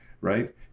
right